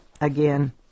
again